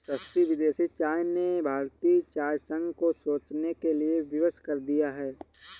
सस्ती विदेशी चाय ने भारतीय चाय संघ को सोचने के लिए विवश कर दिया है